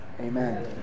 amen